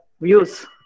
views